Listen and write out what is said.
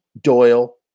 Doyle